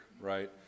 right